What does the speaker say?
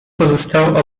pozostało